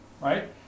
right